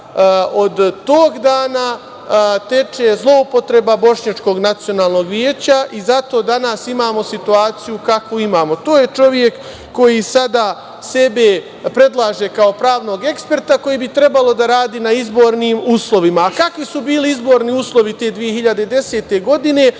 Od tog dana teče zloupotreba Bošnjačkog nacionalnog veća i zato danas imamo situaciju kakvu imamo. To je čovek koji sada sebe predlaže kao pravnog eksperta koji bi trebalo da radi na izbornim uslovima. Kakvi su bili izborni uslovi te 2010. godine?